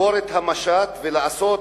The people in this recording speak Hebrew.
לשבור את המשט ולעשות